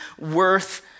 worth